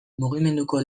mugimenduko